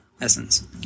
essence